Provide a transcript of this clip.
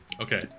Okay